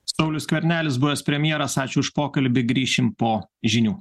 saulius skvernelis buvęs premjeras ačiū už pokalbį grįšim po žinių